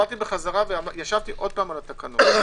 וישבתי שוב על התקנות.